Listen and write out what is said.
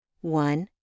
one